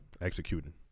executing